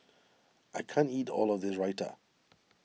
I can't eat all of this Raita